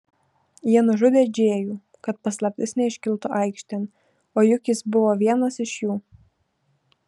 jie nužudė džėjų kad paslaptis neiškiltų aikštėn o juk jis buvo vienas iš jų